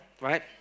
right